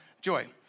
joy